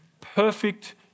perfect